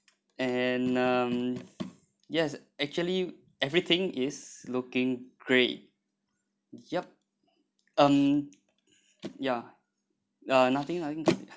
and um yes actually everything is looking great yup um ya uh nothing nothing